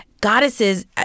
goddesses